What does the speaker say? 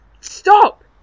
stop